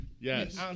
Yes